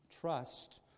trust